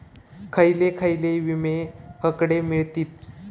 खयले खयले विमे हकडे मिळतीत?